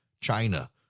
China